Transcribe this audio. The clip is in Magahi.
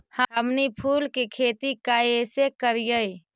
हमनी फूल के खेती काएसे करियय?